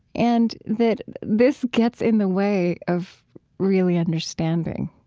and that this gets in the way of really understanding